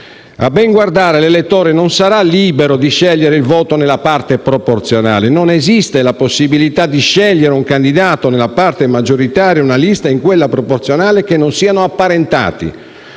A ben guardare, l'elettore non sarà libero di scegliere il voto nella parte proporzionale: non esiste la possibilità di scegliere un candidato nella parte maggioritaria e una lista in quella proporzionale che non siano apparentati,